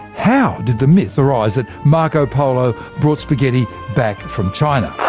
how did the myth arise that marco polo brought spaghetti back from china?